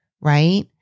right